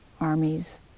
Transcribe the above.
armies